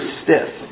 stiff